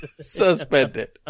Suspended